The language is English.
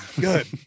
good